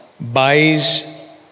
buys